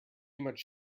much